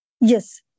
Yes